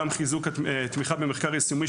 נאמר פה גם חיזוק התמיכה במחקר יישומי,